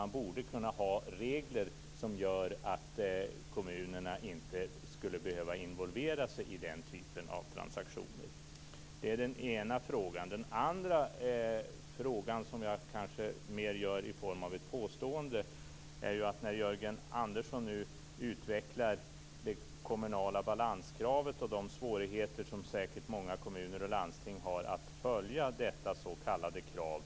Man borde kunna ha regler som gör att kommunerna inte behöver involvera sig i den typen av transaktioner. Det är den ena frågan. Den andra frågan för jag fram mer i form av ett påstående. Jörgen Andersson utvecklar nu sina tankar kring det kommunala balanskravet och de svårigheter som många kommuner och landsting säkert har att följa detta s.k. krav.